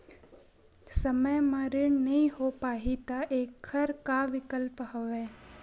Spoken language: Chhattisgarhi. समय म ऋण नइ हो पाहि त एखर का विकल्प हवय?